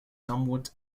somewhat